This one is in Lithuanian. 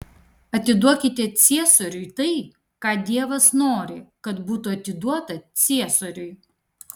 atiduokite ciesoriui tai ką dievas nori kad būtų atiduota ciesoriui